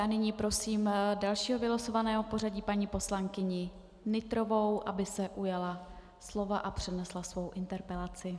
A nyní prosím dalšího vylosovaného v pořadí, paní poslankyni Nytrovou, aby se ujala slova, a přednesla svou interpelaci.